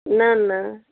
न न